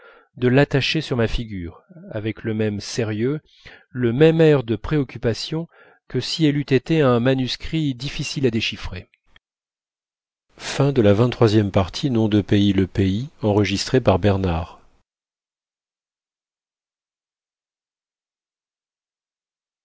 de l'attacher sur ma figure avec le même sérieux le même air de préoccupation que si elle eût été un manuscrit difficile à déchiffrer